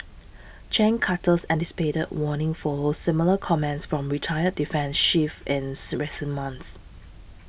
Gen Carter's anticipated warning follows similar comments from retired defence chiefs ins recent months